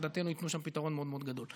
שלדעתי הם ייתנו שם פתרון מאוד גדול.